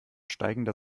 steigender